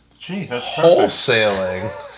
Wholesaling